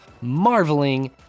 marveling